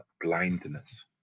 blindness